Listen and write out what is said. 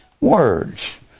words